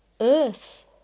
earth